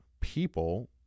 people